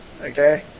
Okay